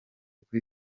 kuri